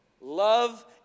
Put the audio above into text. love